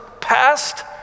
past